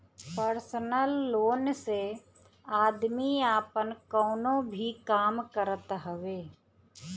personal loan से आदमी आपन कवनो भी काम करत हवे